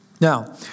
Now